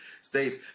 states